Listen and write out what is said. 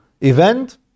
event